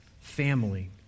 family